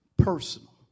personal